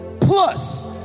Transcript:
plus